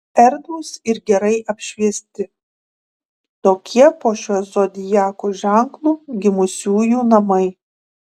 erdvūs ir gerai apšviesti tokie po šiuo zodiako ženklu gimusiųjų namai